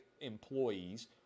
employees